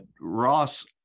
Ross